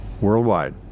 worldwide